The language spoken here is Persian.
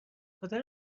خاطر